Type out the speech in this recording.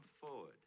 forward